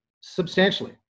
substantially